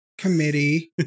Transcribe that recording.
Committee